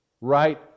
right